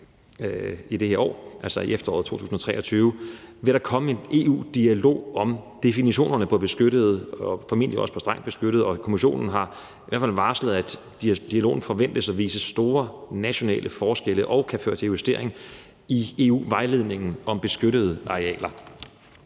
vi går ind i, altså efteråret 2023, vil komme en EU-dialog om definitionerne på beskyttede og formentlig også om strengt beskyttede områder, og Kommissionen har i hvert fald varslet, at dialogen forventes at vise store nationale forskelle og kan føre til justering i EU-vejledningen om beskyttede arealer.